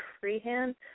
Freehand